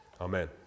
Amen